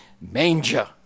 manger